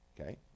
okay